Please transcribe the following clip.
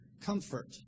comfort